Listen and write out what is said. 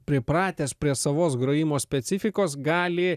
pripratęs prie savos grojimo specifikos gali